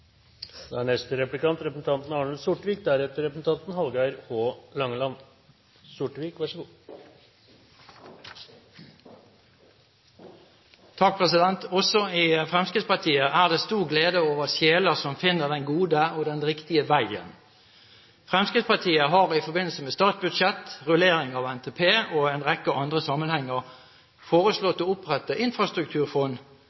Også i Fremskrittspartiet er det stor glede over sjeler som finner den gode og den riktige veien! Fremskrittspartiet har i forbindelse med statsbudsjett og rullering av NTP og i en rekke andre sammenhenger